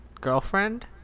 girlfriend